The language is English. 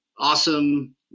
awesome